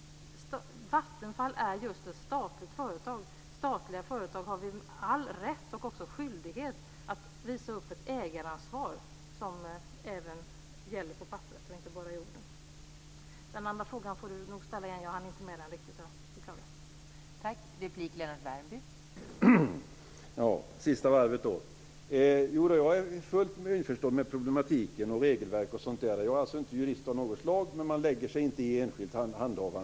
Vattenfall är ju ett statligt företag, och statliga företag har vi all rätt och också skyldighet att visa upp ett ägaransvar för som gäller på papperet och inte bara i orden. Den andra frågan får Lennart Värmby nog ställa igen. Jag hann inte riktigt med den. Jag beklagar.